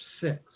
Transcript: six